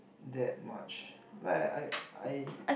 that much like I I I